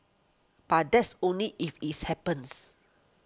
but that's only if it's happens